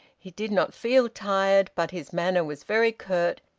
he did not feel tired, but his manner was very curt,